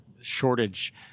shortage